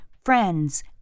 friends